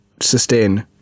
sustain